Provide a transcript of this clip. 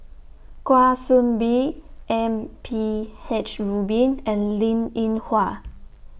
Kwa Soon Bee M P H Rubin and Linn in Hua